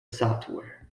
software